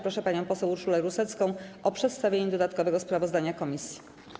Proszę panią poseł Urszulę Rusecką o przedstawienie dodatkowego sprawozdania komisji.